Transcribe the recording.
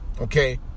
okay